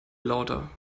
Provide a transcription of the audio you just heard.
lauter